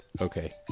Okay